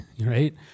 right